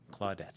Claudette